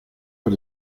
per